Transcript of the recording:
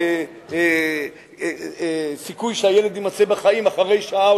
אין סיכוי שהילד יימצא בחיים אחרי שעה,